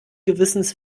gewissens